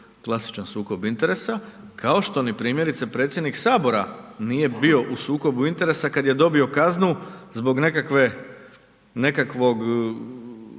klasičan sukob interesa kao što ni primjerice predsjednik Sabora nije bio u sukobu interesa kad je dobio kaznu zbog nekakvog